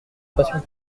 passion